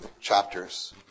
chapters